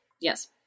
Yes